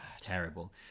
terrible